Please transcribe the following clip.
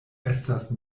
estas